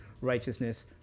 righteousness